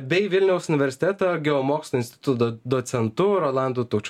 bei vilniaus universiteto geomokslų instituto docentu rolandu taučiu